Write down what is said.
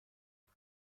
جنگ